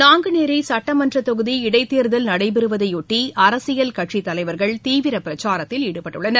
நாங்குநேரிசட்டமன்றத்தொகுதி இளடத்தேர்தல் நடைபெறுவதைஷ்டி அரசியல் கட்சித்தலைவர்க்ளதீவிரபிரச்சாரத்தில் ஈடுபட்டுள்ளனர்